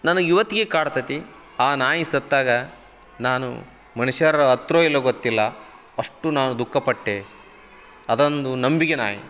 ನನಗೆ ಇವತ್ತಿಗೆ ಕಾಡ್ತೈತಿ ಆ ನಾಯಿ ಸತ್ತಾಗ ನಾನು ಮನುಷ್ಯರು ಅತ್ತರೋ ಇಲ್ಲವೋ ಗೊತ್ತಿಲ್ಲ ಅಷ್ಟು ನಾನು ದುಃಖಪಟ್ಟೆ ಅದೊಂದು ನಂಬಿಕೆ ನಾಯಿ